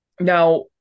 Now